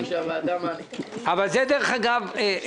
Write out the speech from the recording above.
אגב,